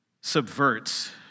subverts